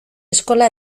eskola